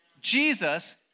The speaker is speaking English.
Jesus